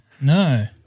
No